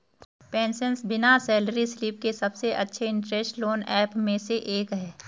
PaySense बिना salary slip के सबसे अच्छे इंस्टेंट लोन ऐप में से एक है